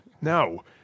No